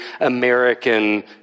American